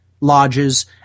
lodges